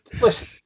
Listen